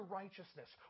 righteousness